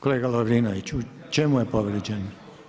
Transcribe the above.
Kolega Lovrinović, u čemu je povrijeđen?